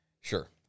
Sure